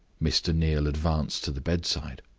mr. neal advanced to the bedside,